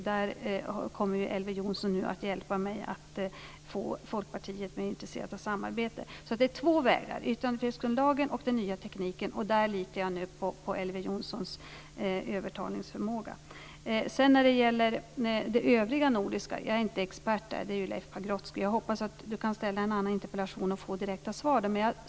Där kommer Elver Jonsson nu att hjälpa mig att få Folkpartiet att intressera sig för ett samarbete. Det finns alltså två vägar, yttrandefrihetsgrundlagen och den nya tekniken, och där litar jag nu på Elver Jonssons övertalningsförmåga. När det gäller de övriga nordiska länderna är jag inte expert, utan det är Leif Pagrotsky. Jag hoppas att Elver Jonsson kan framställa en annan interpellation och få direkta svar av honom.